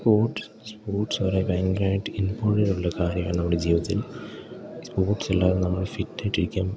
sports sports വളരെ ഭയങ്കരമായിട്ട് ഇമ്പോർട്ടൻറ്റായിട്ടുള്ള കാര്യമാണ് നമ്മുടെ ജീവിതത്തിൽ സ്പോർട്സില്ലാതെ നമ്മൾ ഫിറ്റായിട്ടിരിക്കാം